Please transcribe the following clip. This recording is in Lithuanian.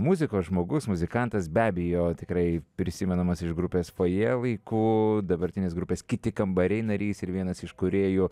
muzikos žmogus muzikantas be abejo tikrai prisimenamas iš grupės fojė laikų dabartinis grupės kiti kambariai narys ir vienas iš kūrėjų